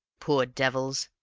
poor devils,